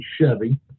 Chevy